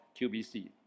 QBC